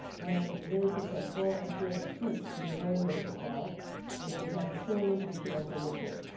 and very successful. and she had a suite in the royal yeah oak hotel where she had her showroom, and she also lived there.